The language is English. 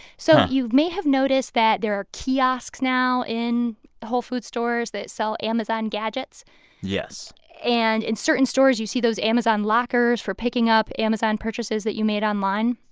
so you may have noticed that there are kiosks now in whole foods stores that sell amazon gadgets yes and in certain stores, you see those amazon lockers for picking up amazon purchases that you made online.